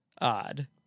odd